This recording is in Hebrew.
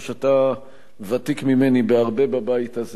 אתה ותיק ממני בהרבה בבית הזה,